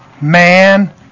man